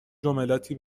جملاتی